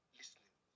listening